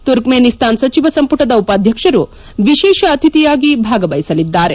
Turkmenistan ಸಚಿವ ಸಂಪುಟದ ಉಪಾಧ್ಯಕ್ಷರು ವಿಶೇಷ ಅತಿಥಿಯಾಗಿ ಭಾಗವಹಿಸಲಿದ್ದಾರೆ